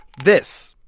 this.